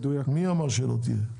מי אמר שהיא לא תהיה?